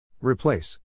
Replace